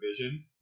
vision